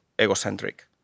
egocentric